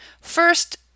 First